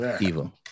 evil